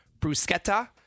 bruschetta